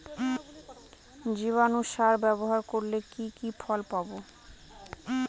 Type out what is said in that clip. জীবাণু সার ব্যাবহার করলে কি কি ফল পাবো?